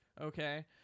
okay